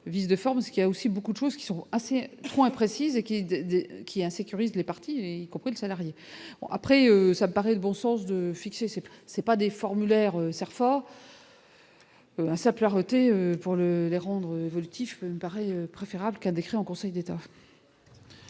vices de forme, ce qui a aussi beaucoup de choses qui sont assez précisé qui est qui a sécurise les partis et y compris les salariés après ça me paraît de bon sens, de fixer, c'est c'est pas des formulaires Cerfa. Un simple Arreter pour les rendre évolutif paraît préférable qu'un décret en Conseil d'État.